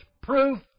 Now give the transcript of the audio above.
proof